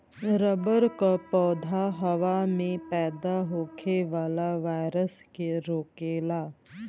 rubber क पौधा हवा में पैदा होखे वाला वायरस के रोकेला